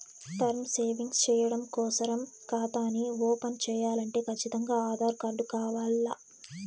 term savings చెయ్యడం కోసరం కాతాని ఓపన్ చేయాలంటే కచ్చితంగా ఆధార్ కార్డు కావాల్ల